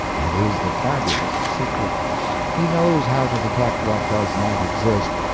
it is the fabulist's secret he knows how to detect what does not exist,